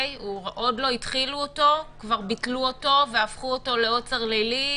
עוד לא התחילו אותו וכבר ביטלו אותו והפכו אותו לעוצר לילי,